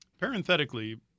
parenthetically